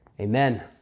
Amen